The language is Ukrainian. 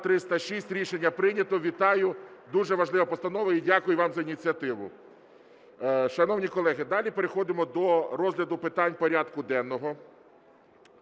За-306 Рішення прийнято. Вітаю. Дуже важлива постанова, і дякую вам за ініціативу. Шановні колеги, далі переходимо до розгляду питань порядку денного.